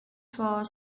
for